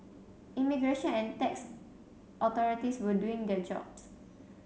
immigration and tax authorities were doing their jobs